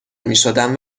میشدم